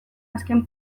azken